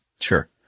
Sure